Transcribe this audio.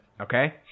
okay